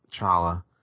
Chala